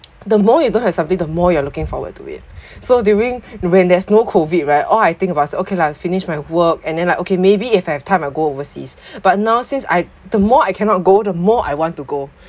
the more you don't have something the more you're looking forward to it so during when there's no COVID right all I think about is okay lah finish my work and then like okay maybe if I have time I go overseas but now since I'd the more I cannot go the more I want to go